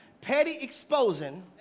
petty-exposing